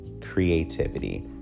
Creativity